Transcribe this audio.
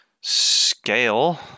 Scale